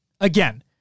Again